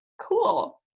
Cool